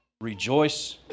rejoice